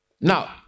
Now